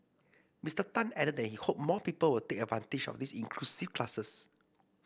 Mister Tan added that he hoped more people would take advantage of the inclusive classes